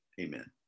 Amen